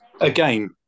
Again